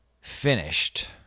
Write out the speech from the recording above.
finished